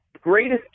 greatest